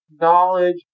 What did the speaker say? knowledge